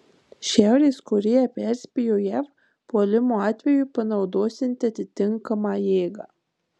šiaurės korėja perspėjo jav puolimo atveju panaudosianti atitinkamą jėgą